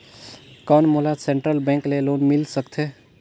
कौन मोला central bank ले लोन मिल सकथे?